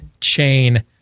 chain